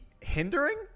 hindering